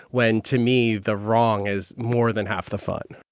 when to me the wrong is more than half the fun